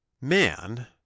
Man